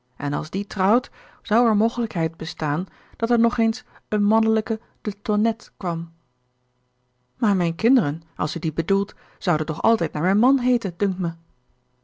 en als die trouwt zou er mogelijkheid bestaan dat er nog eens een mannelijke de tonnette kwam maar mijn kinderen als u die bedoelt zouden toch altijd naar mijn man heeten dunkt me